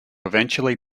eventually